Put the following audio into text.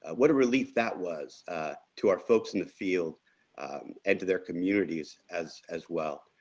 what a relief that was to our folks in the field and to their communities as as well.